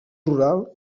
rural